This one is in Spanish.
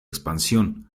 expansión